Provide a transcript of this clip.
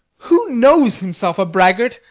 who knows himself a braggart,